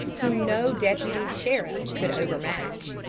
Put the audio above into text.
whom no deputy sheriff could over-match,